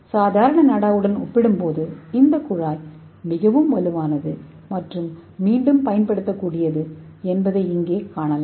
சாதாரண நாடாவுடன் ஒப்பிடும்போது இந்த நாடா மிகவும் வலுவானது மற்றும் மீண்டும் பயன்படுத்தக்கூடியது என்பதை இங்கே காணலாம்